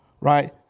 Right